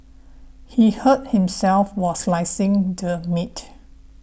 he hurt himself while slicing the meat